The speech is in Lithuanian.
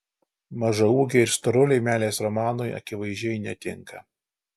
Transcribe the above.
mažaūgiai ir storuliai meilės romanui akivaizdžiai netinka